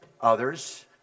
others